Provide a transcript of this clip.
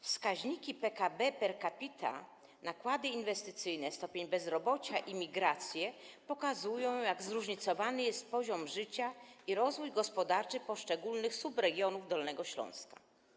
Wskaźniki PKB per capita, nakłady inwestycyjne, stopień bezrobocia i migracje pokazują, jak zróżnicowany jest poziom życia i rozwój gospodarczy poszczególnych subregionów Dolnego Śląska.